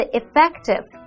effective